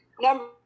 number